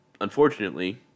unfortunately